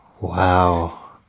Wow